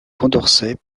condorcet